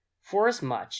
Forasmuch